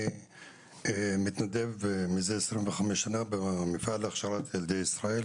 אני מתנדב מזה 25 שנה במפעל להכשרת ילדי ישראל,